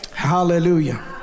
Hallelujah